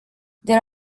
there